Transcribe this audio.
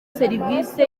serivisi